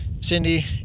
Cindy